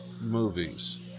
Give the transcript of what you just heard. movies